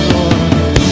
Lord